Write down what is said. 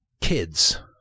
kids